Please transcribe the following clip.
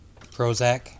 Prozac